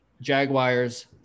Jaguars